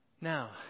Now